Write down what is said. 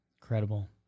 Incredible